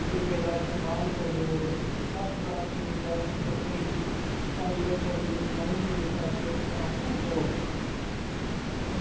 Google pay दा इस्तेमाल करदे होई सत्त ज्हार चुनिंदा संपर्कें गी कल्ल बडलै नौ बजे तगर ट्रांसफर करो